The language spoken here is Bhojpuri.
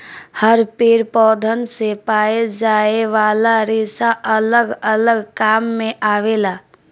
हर पेड़ पौधन से पाए जाये वाला रेसा अलग अलग काम मे आवेला